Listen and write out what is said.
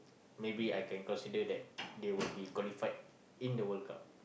maybe I can consider that they will be qualified in the World-Cup